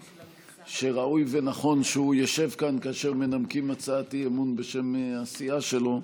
וראוי ונכון שהוא ישב כאן כאשר מנמקים הצעת אי-אמון בשם הסיעה שלו,